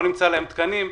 לא נמצא להם תקנים,